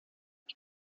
ich